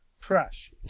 trash